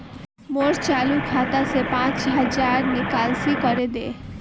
मोर चालु खाता से पांच हज़ारर निकासी करे दे